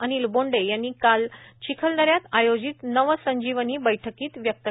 अनिल बोंडे यांनी काल चिखलद यात आयोजित नवसंजीवनी बैठकीत व्यक्त केलं